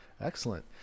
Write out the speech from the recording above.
excellent